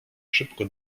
szybko